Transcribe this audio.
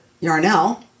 Yarnell